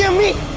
so me